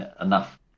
enough